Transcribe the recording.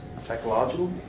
psychological